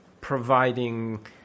providing